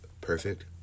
perfect